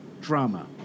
drama